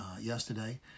yesterday